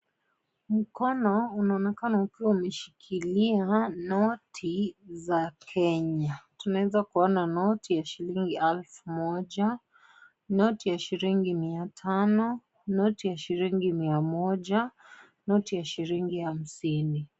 Mkono unaonenaka ukiwa umeshikilia noti za Kenya, tunaweza kuona noti ya shilingi elfu moja, noti ya shilingi mia tano, noti ya shilingi mia moja, noti ya shilingi hamsini.